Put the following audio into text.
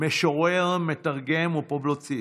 משורר, מתרגם ופובליציסט,